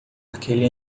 aquele